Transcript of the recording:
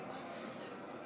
להלן תוצאות ההצבעה: